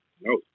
no